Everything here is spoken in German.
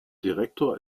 direktor